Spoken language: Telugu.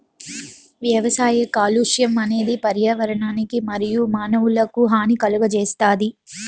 వ్యవసాయ కాలుష్యం అనేది పర్యావరణానికి మరియు మానవులకు హాని కలుగజేస్తాది